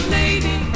lady